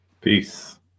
Peace